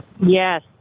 Yes